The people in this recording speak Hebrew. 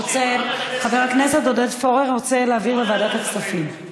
חבר הכנסת עודד פורר רוצה להעביר לוועדת הכספים.